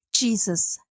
Jesus